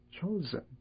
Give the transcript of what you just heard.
Chosen